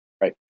right